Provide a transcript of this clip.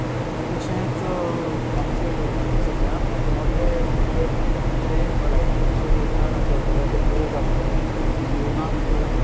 तशेंच आमचे धर्माचे सगळ्यात मोठें जर कितें भलायकी विशयी योगदान आसत जाल्यार ते योग आसतले ते योगा भितर